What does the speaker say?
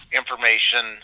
information